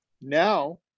now